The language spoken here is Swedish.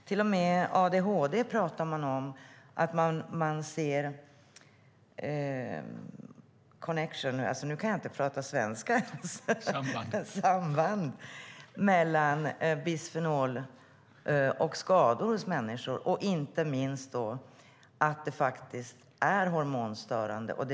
Till och med när det gäller adhd pratar man om samband mellan bisfenol A och skador hos människor. Inte minst vet vi att det är hormonstörande.